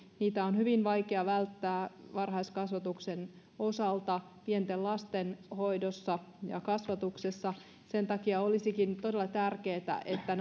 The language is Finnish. niitä on hyvin vaikea välttää varhaiskasvatuksen osalta pienten lasten hoidossa ja kasvatuksessa sen takia olisikin todella tärkeätä että